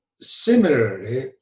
similarly